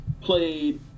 played